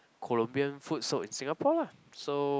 Colombian food sold in Singapore lah so